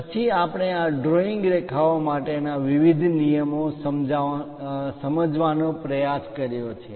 પછી આપણે આ ડ્રોઇંગ રેખાઓ માટેના વિવિધ નિયમો સમજવાનો પ્રયાસ કર્યો છે